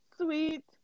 sweet